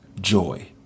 joy